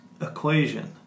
equation